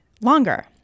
longer